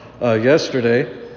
yesterday